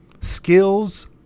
skills